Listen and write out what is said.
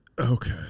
Okay